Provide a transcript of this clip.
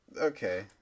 Okay